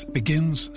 begins